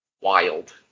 wild